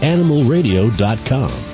AnimalRadio.com